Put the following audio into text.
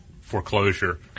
foreclosure